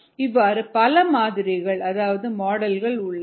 இவ்வாறு பல மாதிரிகள் அதாவது மாடல்கள் உள்ளன